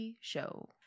show